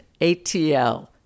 ATL